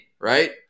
right